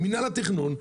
מינהל התכנון,